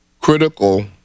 critical